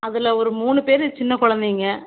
அதில் ஒரு மூணு பேர் சின்ன குழந்தைங்க